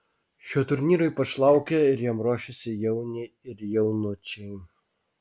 šio turnyro ypač laukia ir jam ruošiasi jauniai ir jaunučiai